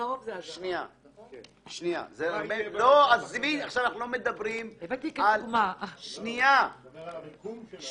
הוא מדבר על המיקום.